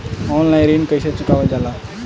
Online ऋण कईसे चुकावल जाला?